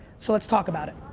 so, let's talk about it.